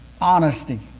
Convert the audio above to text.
Honesty